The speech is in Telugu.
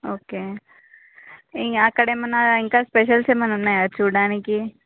ఓకే ఇంకా అక్కడ ఏమన్న ఇంకా స్పెషల్స్ ఏమన్న ఉన్నాయా చూడడానికి